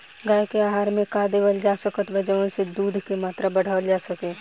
गाय के आहार मे का देवल जा सकत बा जवन से दूध के मात्रा बढ़ावल जा सके?